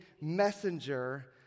messenger